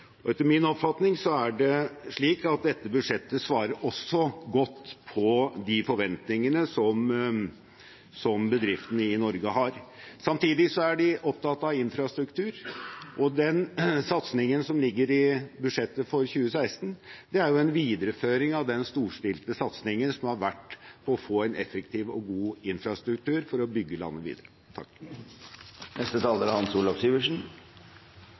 Etter min oppfatning er det slik at dette budsjettet også svarer godt på de forventningene som bedriftene i Norge har. Samtidig er de opptatt av infrastruktur, og den satsingen som ligger i budsjettet for 2016, er en videreføring av den storstilte satsingen som har vært på å få en effektiv og god infrastruktur for å bygge landet videre. Takk for en interessant gjennomgang av et rekordbudsjett i antall kroner, og det er